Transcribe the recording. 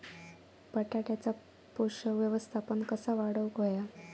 बटाट्याचा पोषक व्यवस्थापन कसा वाढवुक होया?